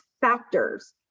factors